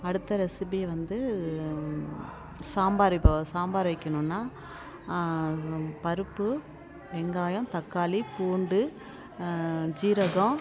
அடுத்த ரெசிபி வந்து சாம்பார் இப்போது சாம்பார் வைக்கணுன்னா நம்ம பருப்பு வெங்காயம் தக்காளி பூண்டு சீரகம்